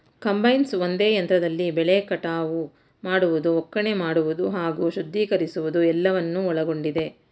combines ಒಂದೇ ಯಂತ್ರದಲ್ಲಿ ಬೆಳೆ ಕಟಾವು ಮಾಡುವುದು ಒಕ್ಕಣೆ ಮಾಡುವುದು ಹಾಗೂ ಶುದ್ಧೀಕರಿಸುವುದು ಎಲ್ಲವನ್ನು ಒಳಗೊಂಡಿದೆ